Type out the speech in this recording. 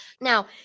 Now